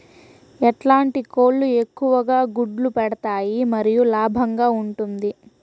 ఎట్లాంటి కోళ్ళు ఎక్కువగా గుడ్లు పెడతాయి మరియు లాభంగా ఉంటుంది?